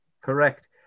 Correct